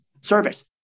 service